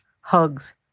hugs